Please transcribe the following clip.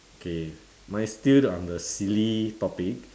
okay mine still on the silly topic